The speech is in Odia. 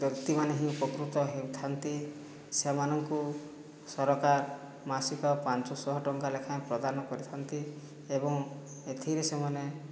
ବ୍ୟକ୍ତିମାନେ ହିଁ ଉପକୃତ ହେଉଥାନ୍ତି ସେମାନଙ୍କୁ ସରକାର ମାସିକ ପାଞ୍ଚଶହ ଟଙ୍କା ଲେଖାଏଁ ପ୍ରଦାନ କରିଥାନ୍ତି ଏବଂ ଏଥିରେ ସେମାନେ